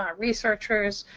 ah researchers,